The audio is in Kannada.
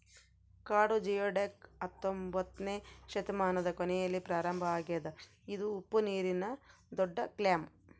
ಕಾಡು ಜಿಯೊಡಕ್ ಹತ್ತೊಂಬೊತ್ನೆ ಶತಮಾನದ ಕೊನೆಯಲ್ಲಿ ಪ್ರಾರಂಭ ಆಗ್ಯದ ಇದು ಉಪ್ಪುನೀರಿನ ದೊಡ್ಡಕ್ಲ್ಯಾಮ್